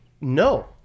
no